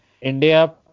India